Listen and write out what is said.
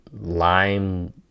lime